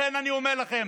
לכן אני אומר לכם,